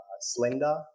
slender